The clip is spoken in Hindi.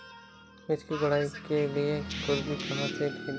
मिर्च की गुड़ाई के लिए खुरपी कहाँ से ख़रीदे?